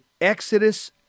Exodus